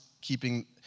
keeping